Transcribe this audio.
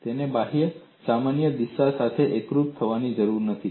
તેને બાહ્ય સામાન્ય દિશા સાથે એકરુપ થવાની જરૂર નથી